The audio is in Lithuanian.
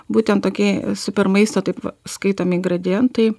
būtent tokie supermaisto taip va skaitomi gradientai